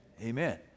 amen